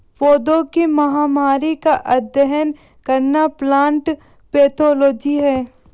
पौधों की महामारी का अध्ययन करना प्लांट पैथोलॉजी है